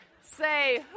Say